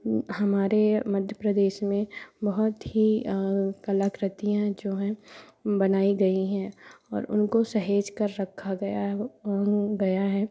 हमारे मध्य प्रदेश में बहुत ही कलाकृतियाँ जो हैं बनाई गईं हैं और उनको सहेज कर रखा गया गया है